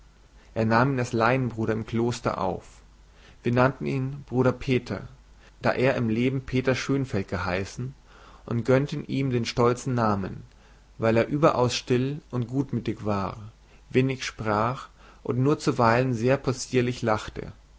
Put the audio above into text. er nahm ihn als laienbruder im kloster auf wir nannten ihn bruder peter da er im leben peter schönfeld geheißen und gönnten ihm den stolzen namen weil er überaus still und gutmütig war wenig sprach und nur zuweilen sehr possierlich lachte